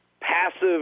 passive